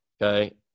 okay